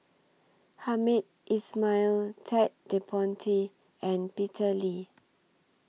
Hamed Ismail Ted De Ponti and Peter Lee